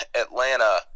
Atlanta